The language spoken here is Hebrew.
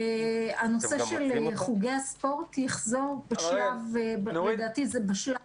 הנושא של חוגי הספורט יחזור לדעתי בשלב